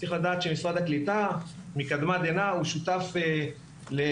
צריך לדעת שמשרד הקליטה מקדמת דנא הוא שותף לעניין